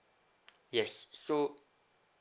yes so